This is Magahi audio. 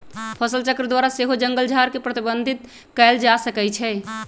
फसलचक्र द्वारा सेहो जङगल झार के प्रबंधित कएल जा सकै छइ